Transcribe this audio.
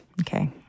Okay